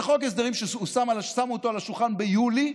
זה חוק הסדרים ששמו אותו על השולחן ביולי,